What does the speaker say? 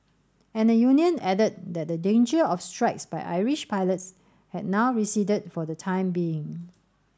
and the union added that the danger of strikes by Irish pilots had now receded for the time being